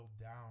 down